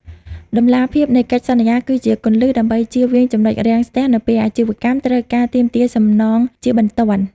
តម្លាភាពនៃកិច្ចសន្យាគឺជាគន្លឹះដើម្បីជៀសវាង ចំណុចរាំងស្ទះ នៅពេលអាជីវកម្មត្រូវការទាមទារសំណងជាបន្ទាន់។